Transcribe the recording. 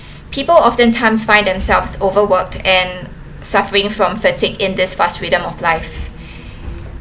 people often times find themselves overworked and suffering from fatigue in this fast freedom of life